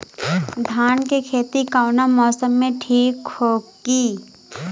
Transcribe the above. धान के खेती कौना मौसम में ठीक होकी?